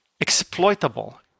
exploitable